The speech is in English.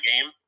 game